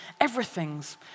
everything's